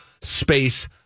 space